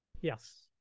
Yes